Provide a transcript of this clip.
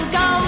go